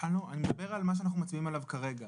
אני מדבר על מה שאנחנו מצביעים עליו כרגע.